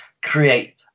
create